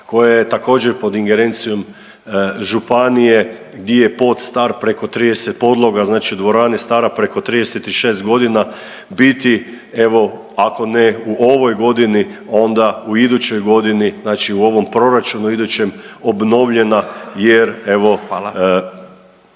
koja je također pod ingerencijom županije gdje je pod star preko 30 … znači, dvorana je stara preko 36 godina biti evo ako ne u ovoj godini onda u idućoj godini znači u ovom proračunu idućem obnovljena jer evo